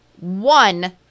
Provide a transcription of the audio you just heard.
One